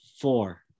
four